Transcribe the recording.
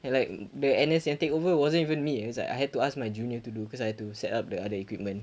and like the N_S_F that take over wasn't even me it was like I had to ask my junior to do cause I to set up the other equipment